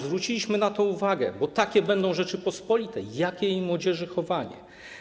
Zwróciliśmy na to uwagę, bo takie będą Rzeczypospolite, jakie ich młodzieży chowanie.